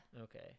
Okay